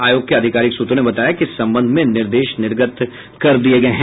आयोग के आधिकारिक सूत्रों ने बताया कि इस संबंध में निर्देश निर्गत कर दिया गया है